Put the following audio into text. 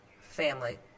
family